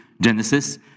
Genesis